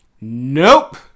Nope